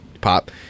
pop